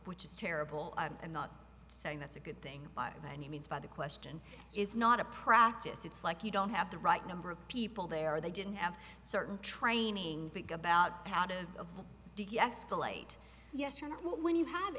which is terrible i'm not saying that's a good thing by any means by the question is not a practice it's like you don't have the right number of people there or they didn't have certain training about how to avoid deescalate yesternight when you have